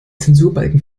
zensurbalken